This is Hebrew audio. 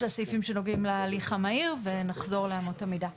הסעיפים שנוגעים להליך המהיר ונחזור לאמות המידה.